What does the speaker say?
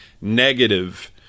negative